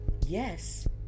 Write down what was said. Yes